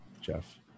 Jeff